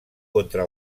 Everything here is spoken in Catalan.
contra